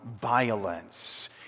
violence